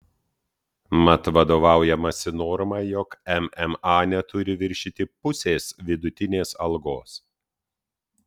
mat vadovaujamasi norma jog mma neturi viršyti pusės vidutinės algos